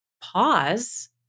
pause